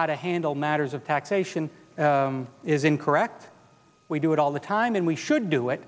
how to handle matters of taxation is incorrect we do it all the time and we should do it